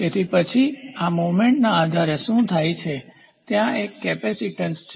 તેથી પછી આ મુવમેન્ટના આધારે શું થાય છે ત્યાં એક કેપેસિટેન્સ છે